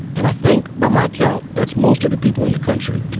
and i think, by my count, that's most of the people in the country.